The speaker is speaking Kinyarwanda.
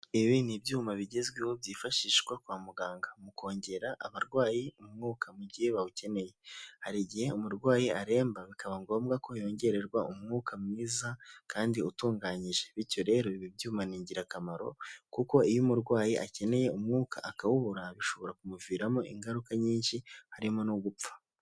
Ibi ni ibyuma bigezweho byifashishwa kwa muganga mu kongera abarwayi umwuka mu gihe bawukeneye. Hari igihe umurwayi aremba bikaba ngombwa ko yongererwa umwuka mwiza kandi utunganyije, bityo rero ibi ibyuma ni ingirakamaro kuko iyo umurwayi akeneye umwuka akawubura, bishobora kumuviramo ingaruka nyinshi, harimo no gupfa.